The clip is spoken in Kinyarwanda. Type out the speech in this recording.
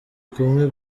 kumwe